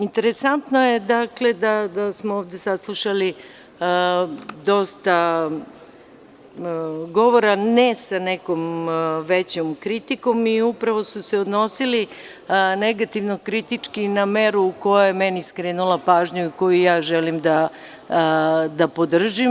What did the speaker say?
Interesantno je da smo ovde saslušali dosta govora, ne sa nekom većom kritikom i upravo su se odnosili negativno kritički na meru u kojoj je meni skrenula pažnju i koju ja želim da podržim.